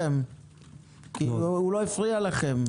הוא לא הפריע לכם.